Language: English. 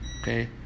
okay